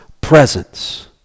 presence